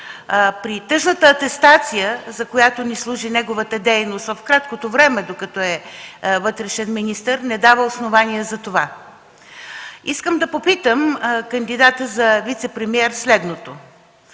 при тъжната атестация, за която ни служи неговата дейност в краткото време, в което е вътрешен министър, не дава основание за това. Искам да попитам кандидата за вицепремиер следното.